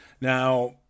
Now